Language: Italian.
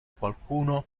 qualcuno